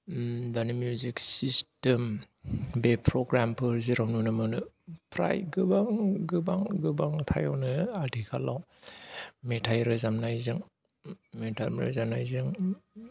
दानि music system बे प्रग्रामफोर जेराव नुनो मोनो फ्राय गोबां गोबां गोबां थायावनो आथिखालाव मेथाइ रोजाबनायजों मेथाइ रोजाबनायजों